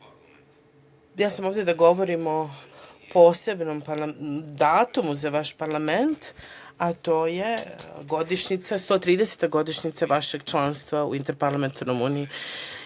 sam ovde da govorim o posebnom datumu za vaš parlament, a to je 130-a godišnjica vašeg članstva u Interparlamentarnoj uniji.